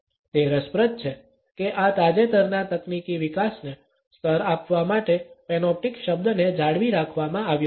તે રસપ્રદ છે કે આ તાજેતરના તકનીકી વિકાસને સ્તર આપવા માટે પેનોપ્ટિક શબ્દને જાળવી રાખવામાં આવ્યો છે